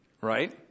Right